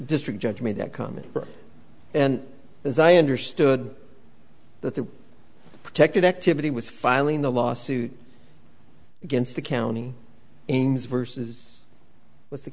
district judge made that comment and as i understood that the protected activity was filing the lawsuit against the county ins verses with the